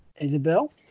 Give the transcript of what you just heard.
Isabel